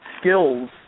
Skills